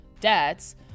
debts